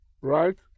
right